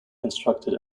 constructed